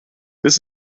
this